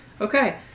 Okay